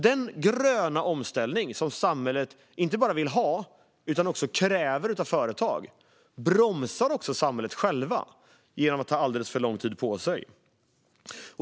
Den gröna omställning som samhället inte bara vill ha utan också kräver av företag bromsas också av samhället självt genom att man tar alldeles för lång tid på sig.